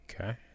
Okay